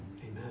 Amen